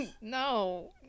No